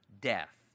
death